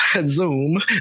Zoom